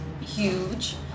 huge